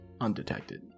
undetected